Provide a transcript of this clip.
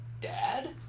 Dad